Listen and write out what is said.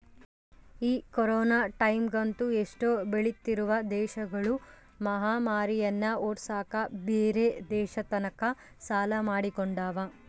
ಈ ಕೊರೊನ ಟೈಮ್ಯಗಂತೂ ಎಷ್ಟೊ ಬೆಳಿತ್ತಿರುವ ದೇಶಗುಳು ಮಹಾಮಾರಿನ್ನ ಓಡ್ಸಕ ಬ್ಯೆರೆ ದೇಶತಕ ಸಾಲ ಮಾಡಿಕೊಂಡವ